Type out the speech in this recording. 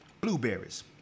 blueberries